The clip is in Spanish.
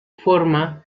forma